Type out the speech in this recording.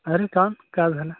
अरे का काय झालं